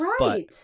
Right